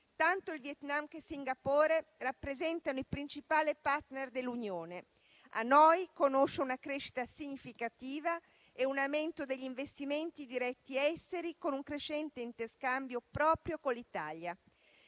Tanto il Vietnam quanto Singapore rappresentano il principale *partner* dell'Unione. Hanoi conosce una crescita significativa e un aumento degli investimenti diretti esteri con un crescente interscambio proprio con l'Italia.